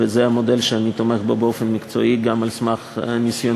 וזה המודל שאני תומך בו באופן מקצועי גם על סמך ניסיוני.